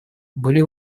были